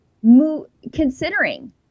considering